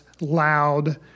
loud